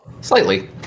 slightly